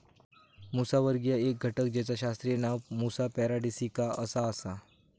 मुसावर्गीय एक घटक जेचा शास्त्रीय नाव मुसा पॅराडिसिका असा आसा